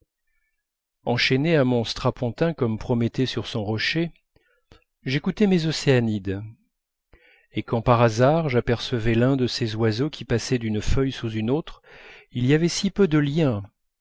enchaîné à mon strapontin comme prométhée sur son rocher j'écoutais mes océanides et quand par hasard j'apercevais l'un de ces oiseaux qui passait d'une feuille sous une autre il y avait si peu de lien